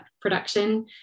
production